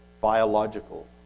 biological